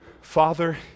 Father